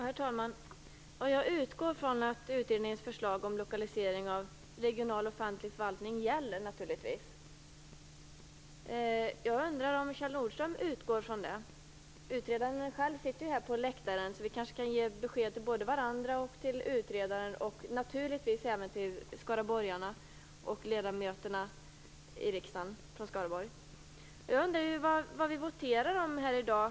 Herr talman! Jag utgår naturligtvis från att utredningens förslag om lokalisering av regional offentlig förvaltning gäller. Jag undrar om Kjell Nordström utgår från det. Utredaren själv sitter här på läktaren, så vi kan ge besked både till varandra och till utredaren liksom självfallet även till skaraborgarna och till riksdagens Skaraborgsledamöter. Jag undrar faktiskt vad vi skall votera om här i dag.